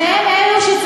אדוני,